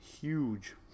huge